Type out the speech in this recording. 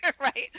Right